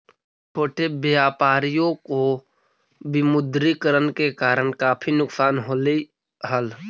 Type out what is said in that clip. छोटे व्यापारियों को विमुद्रीकरण के कारण काफी नुकसान होलई हल